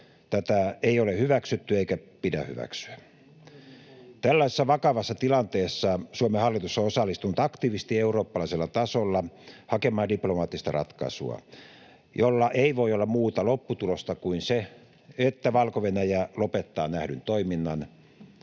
Tätä ei ole hyväksytty eikä pidä hyväksyä. Tällaisessa vakavassa tilanteessa Suomen hallitus on osallistunut aktiivisesti eurooppalaisella tasolla hakemaan diplomaattista ratkaisua, jolla ei voi olla muuta lopputulosta kuin se, että Valko-Venäjä lopettaa nähdyn toiminnan,